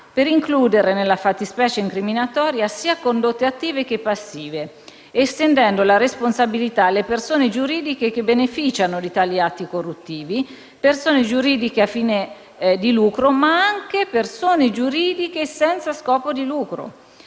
per includere nella fattispecie incriminatoria sia condotte attive che passive, estendendo la responsabilità alle persone giuridiche che beneficiano di tali atti corruttivi, persone giuridiche a fine di lucro, ma anche persone giuridiche senza scopo di lucro.